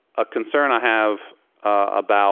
a concern i have about